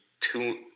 two